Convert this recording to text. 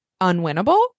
unwinnable